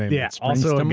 yeah, also in